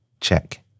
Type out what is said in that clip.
Check